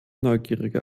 neugierige